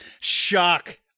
Shock